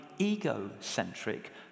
egocentric